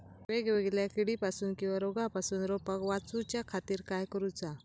वेगवेगल्या किडीपासून किवा रोगापासून रोपाक वाचउच्या खातीर काय करूचा?